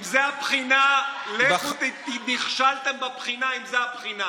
אם זאת הבחינה, נכשלתם בבחינה, אם זאת הבחינה.